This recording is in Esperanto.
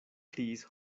kriis